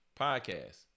podcast